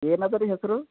ಏನದ ರೀ ಹೆಸರು